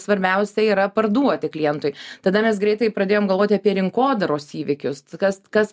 svarbiausia yra parduoti klientui tada mes greitai pradėjom galvot apie rinkodaros įvykius kas kas